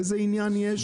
איזה עניין יש לו?